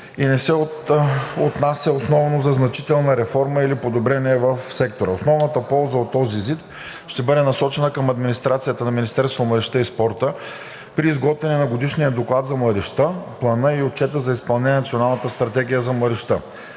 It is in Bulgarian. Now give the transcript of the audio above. и не се отнася основно за значителна реформа или подобрение в сектора. Основната полза от този ЗИД ще бъде насочена към администрацията на Министерството на младежта и спорта при изготвяне на годишния доклад за младежта, плана и отчета за изпълнение на Националната стратегия за младежта.